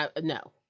no